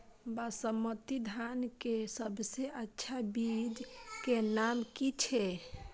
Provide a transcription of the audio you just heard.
बासमती धान के सबसे अच्छा बीज के नाम की छे?